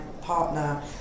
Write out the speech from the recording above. partner